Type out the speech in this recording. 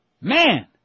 Man